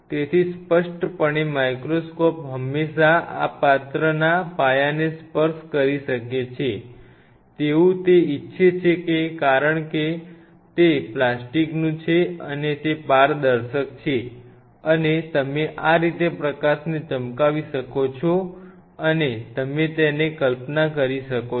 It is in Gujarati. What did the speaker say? તેથી સ્પષ્ટપણે માઇક્રોસ્કોપ હંમેશાં આ પાત્ર ના પાયાને સ્પર્શ કરી શકે છે તેવું તે ઇચ્છે છે કારણ કે તે પ્લાસ્ટિકનું છે અને તે પારદર્શક છે અને તમે આ રીતે પ્રકાશને ચમકાવી શકો છો અને તમે તેને કલ્પના કરી શકો છો